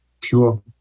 pure